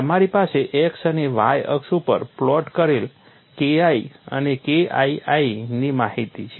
તમારી પાસે X અને y અક્ષ ઉપર પ્લોટ કરેલ KI અને KII ની માહિતી છે